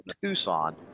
tucson